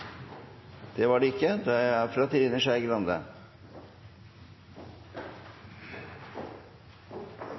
det er det ikke, det er fra Trine Skei Grande.